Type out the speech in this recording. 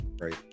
right